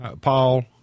Paul